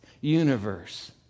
universe